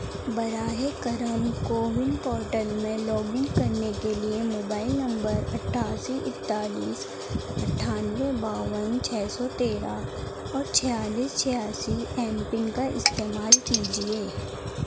براہ کرم CoWIN portal میں لاگ ان کرنے کے لیے موبائل نمبر اٹھاسی اکتالیس اٹھانوے باون چھ سو تیرہ اور چھیالیس چھیاسی ایم پن کا استعمال کیجیے